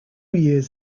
years